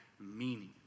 meaning